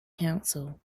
council